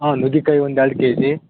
ಹಾಂ ನುಗ್ಗಿಕಾಯಿ ಒಂದು ಎರಡು ಕೆ ಜಿ